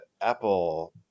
Apple